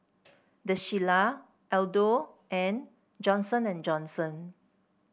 The Shilla Aldo and Johnson And Johnson